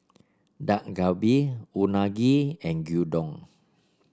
Dak Galbi Unagi and Gyudon